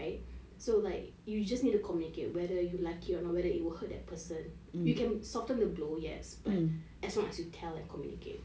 right so right you just have to communicate whether you like it or not whether it will hurt the person you can soften the blow yes but as long as you tell and communicate